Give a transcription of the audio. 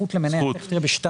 זכות למנייה ב-2